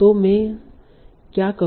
तो मैं क्या करूंगा